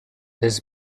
this